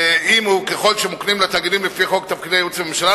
אם וככל שמוקנים לתאגידים לפי חוק תפקידי ייעוץ לממשלה,